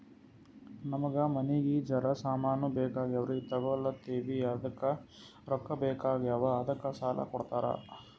ನಮಗ ಮನಿಗಿ ಜರ ಸಾಮಾನ ಬೇಕಾಗ್ಯಾವ್ರೀ ತೊಗೊಲತ್ತೀವ್ರಿ ಅದಕ್ಕ ರೊಕ್ಕ ಬೆಕಾಗ್ಯಾವ ಅದಕ್ಕ ಸಾಲ ಕೊಡ್ತಾರ?